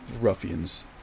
ruffians